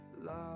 Love